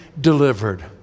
delivered